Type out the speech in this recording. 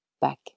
back